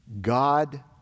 God